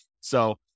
So-